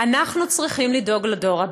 אנחנו צריכים לדאוג לדור הבא.